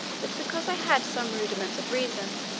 that because i had some rudiments of reason,